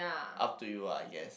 up to you lah I guess